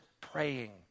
praying